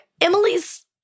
Emily's